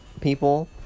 People